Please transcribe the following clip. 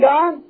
God